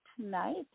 tonight